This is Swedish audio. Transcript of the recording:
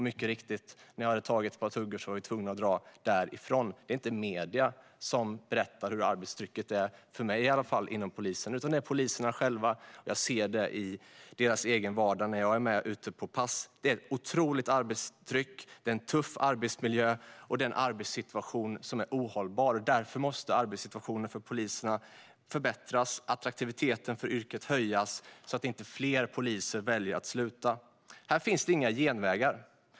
Mycket riktigt; när jag hade tagit ett par tuggor var vi tvungna att dra därifrån. Det är inte medierna som berättar om arbetstrycket inom polisen för mig, utan det är poliserna själva. Jag ser det i deras egen vardag när jag är med ute på pass. Det är ett otroligt arbetstryck, det är en tuff arbetsmiljö och det är en ohållbar arbetssituation. Därför måste arbetssituationen för poliserna förbättras och attraktiviteten för yrket höjas så att inte fler poliser väljer att sluta. Här finns inga genvägar.